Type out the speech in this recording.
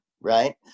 right